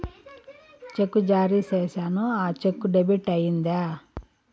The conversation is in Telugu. చెక్కు జారీ సేసాను, ఆ చెక్కు డెబిట్ అయిందా